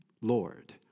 Lord